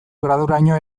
graduraino